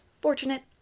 fortunate